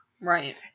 Right